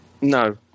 no